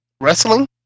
wrestling